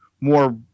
more